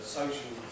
social